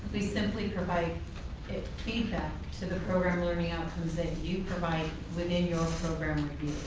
we simply provide feedback to the program learning outcomes that you provide within your program